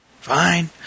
Fine